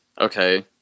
okay